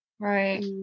Right